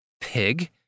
pig